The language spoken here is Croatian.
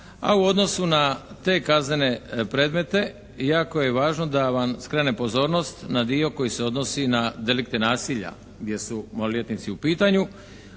A u odnosu na te kaznene predmete jako je važno da vam skrenem pozornost na dio koji se odnosi na delikte nasilja gdje su maloljetnici u pitanju.